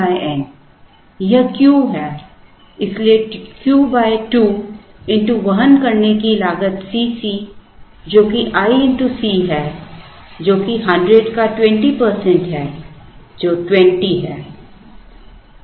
यह Q है इसलिए Q 2 x वहन करने की लागत Cc जो कि i x C है जो कि 100 का 20 प्रतिशत है Refer Slide Time 0015 जो 20 है